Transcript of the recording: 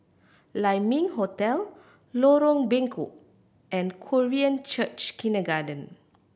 Lai Ming Hotel Lorong Bengkok and Korean Church Kindergarten